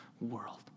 world